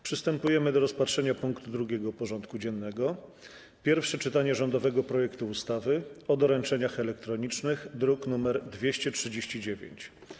Przystępujemy do rozpatrzenia punktu 2. porządku dziennego: Pierwsze czytanie rządowego projektu ustawy o doręczeniach elektronicznych (druk nr 239)